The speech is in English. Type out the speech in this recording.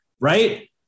right